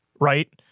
right